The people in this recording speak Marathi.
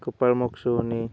कपाळमोक्ष होणे